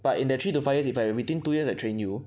but in that three to five years if I within two years I train you